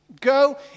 Go